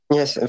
Yes